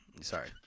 Sorry